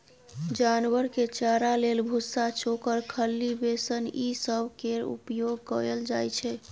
जानवर के चारा लेल भुस्सा, चोकर, खल्ली, बेसन ई सब केर उपयोग कएल जाइ छै